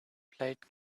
played